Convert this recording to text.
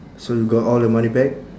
so you got all the money back